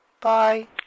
bye